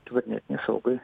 kibernetinei saugai